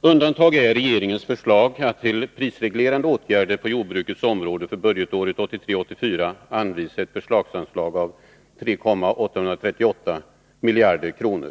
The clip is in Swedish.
Undantaget är regeringens förslag att till prisreglerande åtgärder på jordbrukets område för budgetåret 1983/84 anvisa ett förslagsanslag av 3 838 000 000 kr.